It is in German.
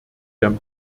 der